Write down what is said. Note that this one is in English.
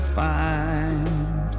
find